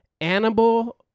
Animal